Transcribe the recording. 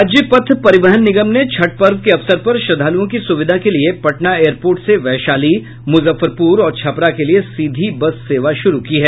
राज्य पथ परिवहन निगम ने छठ पर्व के अवसर पर श्रद्धालुओं की सुविधा के लिए पटना एयर पोर्ट से वैशाली मुजफ्फरपुर और छपरा के लिए सीधी बस सेवा शुरू की है